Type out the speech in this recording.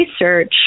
research